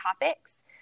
topics